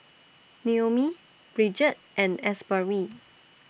Noemie Bridget and Asbury